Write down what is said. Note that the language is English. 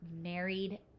married